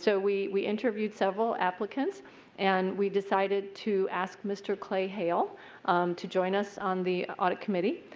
so we we interviewed several applicants and we decided to ask mr. clay hale to join us on the audit committee.